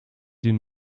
den